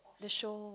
the show